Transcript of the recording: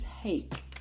take